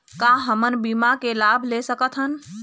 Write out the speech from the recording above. का हमन बीमा के लाभ ले सकथन?